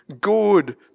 good